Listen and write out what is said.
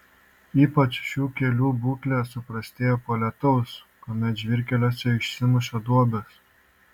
ypač šių kelių būklė suprastėja po lietaus kuomet žvyrkeliuose išsimuša duobės